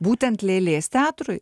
būtent lėlės teatrui